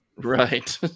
right